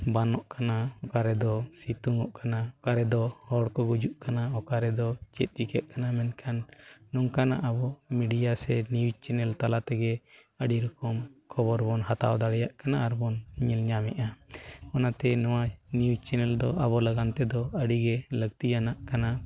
ᱵᱟᱱᱚᱜ ᱠᱟᱱᱟ ᱚᱠᱟᱨᱮᱫᱚ ᱥᱤᱛᱩ ᱚᱜ ᱠᱟᱱᱟ ᱚᱠᱟᱨᱮᱫᱚ ᱦᱚᱲ ᱠᱚ ᱜᱩᱡᱩᱜ ᱠᱟᱱᱟ ᱚᱠᱟᱨᱮᱫᱚ ᱪᱮᱫ ᱪᱤᱠᱟᱹᱜ ᱠᱟᱱᱟ ᱢᱮᱱᱠᱷᱟᱱ ᱱᱚᱝᱠᱟᱱᱟᱜ ᱟᱵᱚ ᱢᱤᱰᱤᱭᱟ ᱥᱮ ᱱᱤᱭᱩᱡ ᱪᱮᱱᱮᱞ ᱛᱟᱞᱟᱛᱮᱜᱮ ᱟᱹᱰᱤ ᱨᱚᱠᱚᱢ ᱠᱷᱚᱵᱚᱨ ᱵᱚᱱ ᱦᱟᱛᱟᱣ ᱫᱟᱲᱮᱭᱟᱜ ᱠᱟᱱᱟ ᱟᱨᱵᱚᱱ ᱧᱮᱞ ᱧᱟᱢᱮᱜᱼᱟ ᱚᱱᱟᱛᱮ ᱱᱚᱣᱟ ᱱᱤᱭᱩᱡ ᱪᱮᱱᱮᱞ ᱫᱚ ᱟᱵᱚ ᱞᱟᱹᱜᱤᱫ ᱛᱮᱫᱚ ᱟᱹᱰᱤ ᱜᱮ ᱞᱟᱹᱠᱛᱤᱭᱟᱱᱟᱜ ᱠᱟᱱᱟ